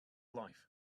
life